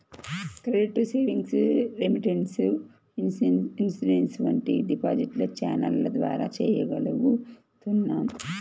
credit, savings, remittance, insurance వంటివి digital ఛానెల్ల ద్వారా చెయ్యగలుగుతున్నాం